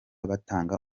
batanga